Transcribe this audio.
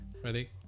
Ready